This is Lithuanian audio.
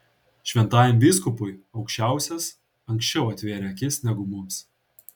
šventajam vyskupui aukščiausias anksčiau atvėrė akis negu mums